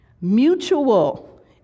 mutual